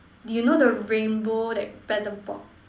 do you know the rainbow that paddle pop